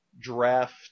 draft